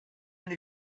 end